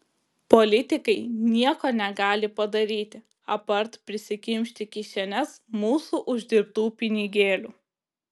politikai nieko negali padaryti apart prisikimšti kišenes mūsų uždirbtų pinigėlių